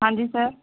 ਹਾਂਜੀ ਸਰ